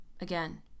Again